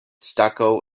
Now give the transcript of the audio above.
stucco